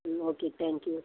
ம் okay thank you